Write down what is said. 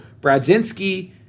Bradzinski